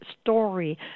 story